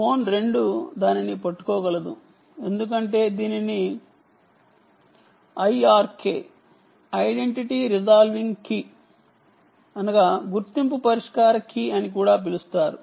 phone 2 దానిని అందుకోగలదు ఎందుకంటే దీనిని IRK identity resolving key IRK గుర్తింపు పరిష్కార కీ అని కూడా అని పిలుస్తారు